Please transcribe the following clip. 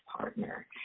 partner